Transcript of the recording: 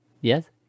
Yes